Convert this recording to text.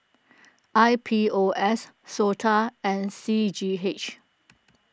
I P O S Sota and C G H